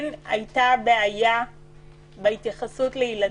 כן הייתה בעיה בהתייחסות לילדים,